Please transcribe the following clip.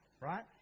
right